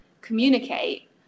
communicate